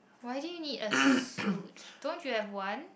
why did you need a suit don't you have one